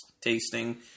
tasting